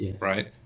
right